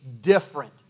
different